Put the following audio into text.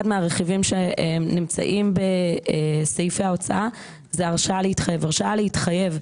מפעלים עסקיים, תקציב, הרשאה להתחייב,